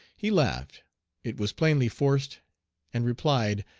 he laughed it was plainly forced and replied,